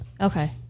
Okay